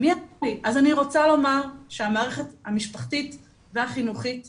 אז אני רוצה לומר שהמערכת המשפחתית והחינוכית כרגע,